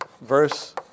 verse